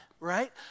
right